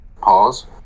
Pause